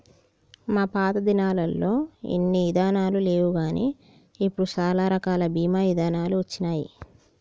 మా పాతదినాలల్లో ఇన్ని ఇదానాలు లేవుగాని ఇప్పుడు సాలా రకాల బీమా ఇదానాలు వచ్చినాయి